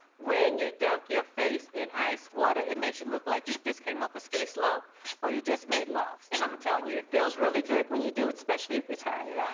when you dunk your face in ice water it makes you look like you just came off a ski slope or you just made love. and i'm telling you it feels really good when you do it especially if you're tired.